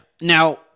Now